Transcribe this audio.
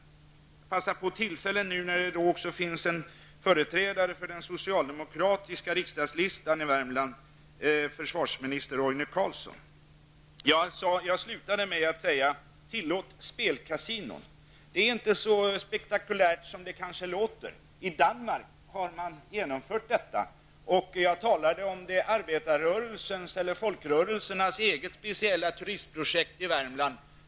Jag vill passa på tillfället, när det här finns en företrädare för den socialdemokratiska riksdagslistan i Värmland, försvarsminister Roine Jag slutade med att säga: Tillåt spelkasinon! Det är inte så spektakulärt som det kanske låter. I Danmark har man gjort detta. Jag talade om folkrörelsernas eget speciella turistprojekt i Värmland.